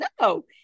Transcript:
No